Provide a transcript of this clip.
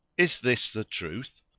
is this the truth?